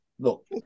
Look